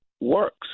works